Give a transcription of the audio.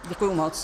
Děkuji moc.